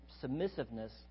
submissiveness